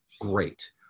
great